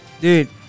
dude